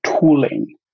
tooling